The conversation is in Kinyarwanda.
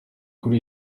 kuri